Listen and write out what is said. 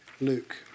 Luke